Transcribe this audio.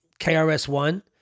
KRS-One